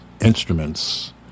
instruments